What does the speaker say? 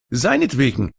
seinetwegen